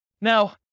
Now